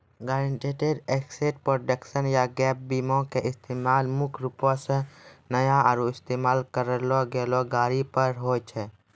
guaranteed asset protection या gap बीमा के इस्तेमाल मुख्य रूपो से नया आरु इस्तेमाल करलो गेलो गाड़ी पर होय छै